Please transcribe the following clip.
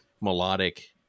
melodic